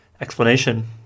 Explanation